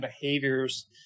behaviors